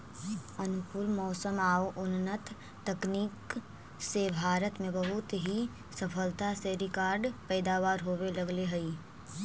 अनुकूल मौसम आउ उन्नत तकनीक से भारत में बहुत ही सफलता से रिकार्ड पैदावार होवे लगले हइ